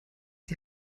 die